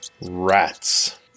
rats